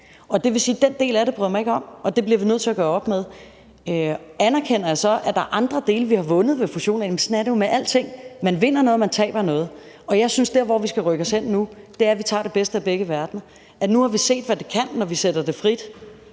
og det vil sige, at den del af det bryder jeg mig ikke om, og vi bliver nødt til at gøre op med det. Anerkender jeg så, at der er andre dele, vi har vundet ved fusioner? Sådan er det jo med alting – man vinder noget, og man taber noget. Jeg synes, at der, hvor vi skal rykke os hen nu, er, at vi tager det begge fra begge verdener. Nu har vi set, hvad det kan, når vi sætter det frit,